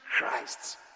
Christ